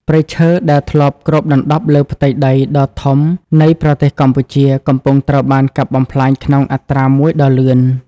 ព្រៃឈើ ដែលធ្លាប់គ្របដណ្ដប់លើផ្ទៃដីដ៏ធំនៃប្រទេសកម្ពុជា កំពុងត្រូវបានកាប់បំផ្លាញក្នុងអត្រាមួយដ៏លឿន។